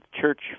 Church